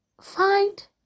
find